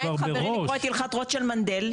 הלכת רוט של מנדל,